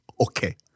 okay